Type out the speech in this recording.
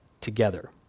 together